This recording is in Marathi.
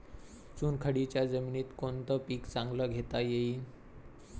चुनखडीच्या जमीनीत कोनतं पीक चांगलं घेता येईन?